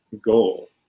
goal